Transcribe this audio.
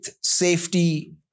safety